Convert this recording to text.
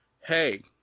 hey